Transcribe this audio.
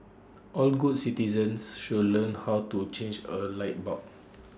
all good citizens should learn how to change A light bulb